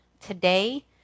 Today